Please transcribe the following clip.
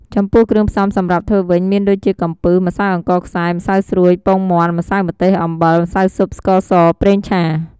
ចំំពោះគ្រឿងផ្សំសម្រាប់ធ្វើវិញ មានដូចជា កំពឹស ម្សៅអង្ករខ្សាយ ម្សៅស្រួយ ពងមាន់ ម្សៅម្ទេស អំបិល ម្សៅស៊ុប ស្ករស ប្រេងឆា ។